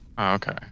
okay